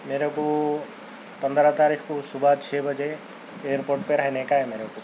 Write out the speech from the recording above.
میرے کو پندرہ تاریخ کو صبح چھ بجے ائیرپوٹ پہ رہنے کا ہے میرے کو